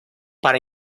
para